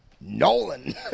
Nolan